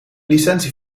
licentie